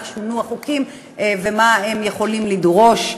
איך שונו החוקים ומה הם יכולים לדרוש.